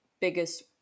biggest